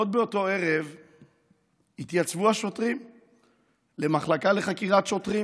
עוד באותו ערב התייצבו השוטרים למחלקה לחקירת שוטרים.